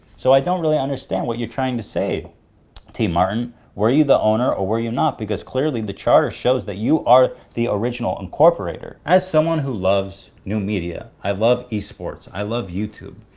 so, i don't really understand what you're trying to say tmartn. were you the owner, or were you not? because clearly the charter shows that you are the original incorporator. as someone who loves new media. i love e-sports, i love youtube.